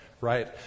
right